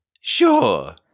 Sure